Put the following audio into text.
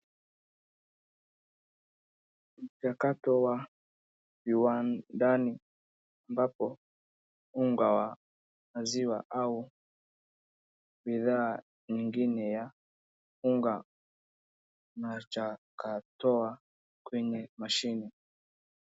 Mchakato wa viwandani ambapo unga wa maziwa au bidhaa nyingine ya unga nachakatowa kwenye mashine.